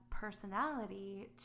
personality